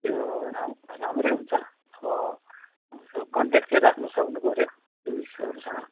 त्यो राम राम्रै हुन्छ अब यसो कन्ट्याक्ट चाहिँ राख्नु सक्नुपऱ्यो टुरिस्टहरूसँग